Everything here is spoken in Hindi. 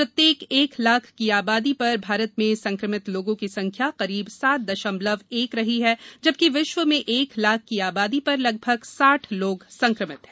प्रत्येक एक लाख की आबादी पर भारत में संक्रमित लोगों की संख्या करीब सात दशमलव एक रही है जबकि विश्व में एक लाख की आबादी पर लगभग साठ लोग संक्रमित हैं